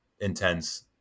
intense